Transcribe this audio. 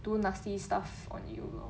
do nasty stuff on you lor